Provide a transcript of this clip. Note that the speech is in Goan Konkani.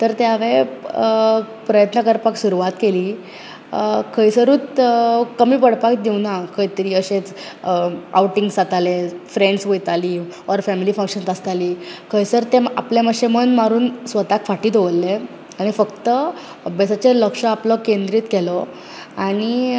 तर ते हांवे प्रयत्न करपाक सुरवात केली खंयसरू कमी पडपाक दिवक ना खंय तरी अशेंच आउटिंग्स जाताले फ्रेन्ड्स वयताली ऑर फैमली फंगक्शन आसताली खंयसर तेम आपले मातशें मन मारून स्वताक फाटी दवरले आनी फक्त अभ्यासाचेर लक्ष आपलो केंद्रीत केलो आनी